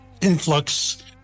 influx